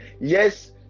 Yes